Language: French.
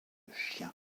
chiens